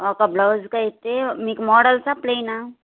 ఒక బ్లౌస్కి అయితే మీకు మోడల్సాప్లేయినా